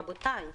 רבותי,